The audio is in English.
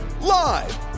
Live